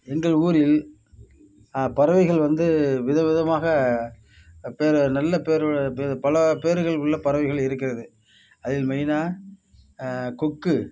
எங்கள் ஊரில் பறவைகள் வந்து விதவிதமாக பேர் நல்ல பேர் பல பேர்கள் உள்ள பறவைகள் இருக்கிறது அதில் மெயினாக கொக்கு